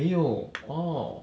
没有 orh